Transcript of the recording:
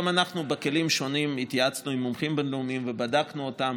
גם אנחנו בכלים שונים התייעצנו עם מומחים בין-לאומיים ובדקנו אותן,